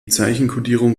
zeichenkodierung